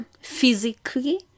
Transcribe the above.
physically